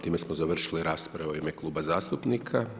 Time smo završili raspravu u ime kluba zastupnika.